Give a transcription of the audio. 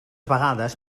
vegades